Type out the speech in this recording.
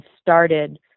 started